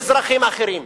באזרחים אחרים.